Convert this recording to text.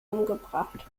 umgebracht